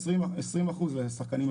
20 ו-20 אחוזים.